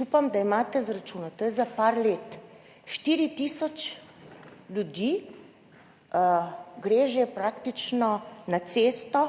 upam, da imate izračune, to je za nekaj let. 4 tisoč ljudi gre že praktično na cesto